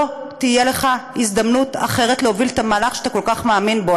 לא תהיה לך הזדמנות אחרת להוביל את המהלך שאתה כל כך מאמין בו.